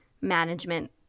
management